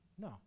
No